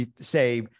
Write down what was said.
say